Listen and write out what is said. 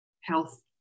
health